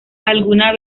alguna